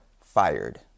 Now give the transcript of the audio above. fired